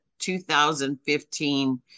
2015